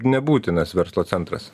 nebūtinas verslo centras